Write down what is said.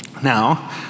Now